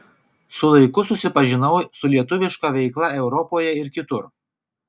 su laiku susipažinau su lietuviška veikla europoje ir kitur